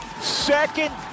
second